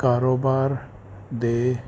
ਕਾਰੋਬਾਰ ਦੇ